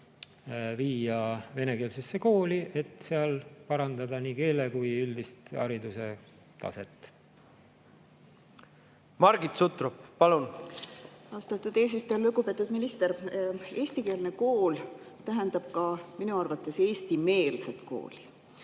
viia venekeelsesse kooli, et seal parandada nii keele kui ka üldist hariduse taset. Margit Sutrop, palun! Margit Sutrop, palun! Austatud eesistuja! Lugupeetud minister! Eestikeelne kool tähendab ka minu arvates eestimeelset kooli.